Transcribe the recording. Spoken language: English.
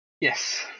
Yes